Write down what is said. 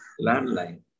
landline